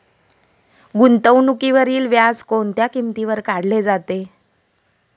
गुंतवणुकीवरील व्याज कोणत्या किमतीवर काढले जाते?